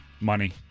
Money